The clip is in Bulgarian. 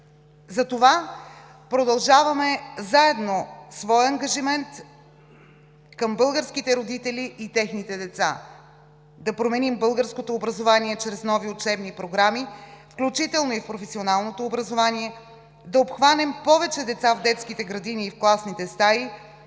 Затова продължаваме заедно своя ангажимент към българските родители и техните деца – да променим българското образование чрез нови учебни програми, включително и в професионалното образование, да обхванем повече деца в детските градини и в класните стаи,